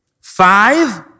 Five